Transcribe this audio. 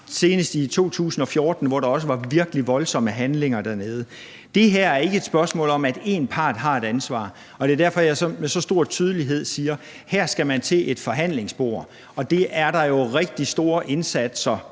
senest i 2014, hvor der også var virkelig voldsomme handlinger dernede. Det her er ikke et spørgsmål om, at en part har et ansvar. Det er derfor, at jeg med så stor tydelighed siger, at her skal man til et forhandlingsbord, og det gøres der jo rigtig store indsatser